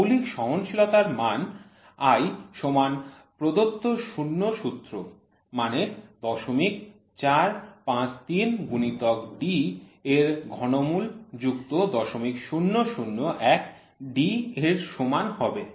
মৌলিক সহনশীলতার মান i সমান প্রদত্ত শূন্য সূত্র মানে ০৪৫৩ গুণিতক D এর ঘনমূল যুক্ত ০০০১ D এর সমান হবে